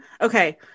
Okay